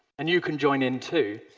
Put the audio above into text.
and you can join in too.